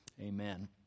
Amen